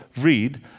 read